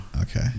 Okay